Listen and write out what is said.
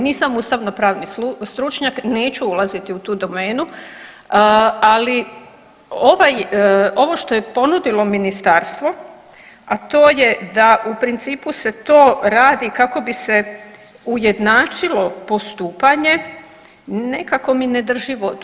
Nisam ustavnopravni stručnjak, neću ulaziti u tu domenu, ali ovaj, ovo što je ponudilo Ministarstvo, a to je da u principu se to radi kako bi se ujednačilo postupanje, nekako mi ne drži vodu.